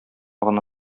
гына